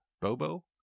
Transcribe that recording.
Bobo